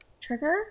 trigger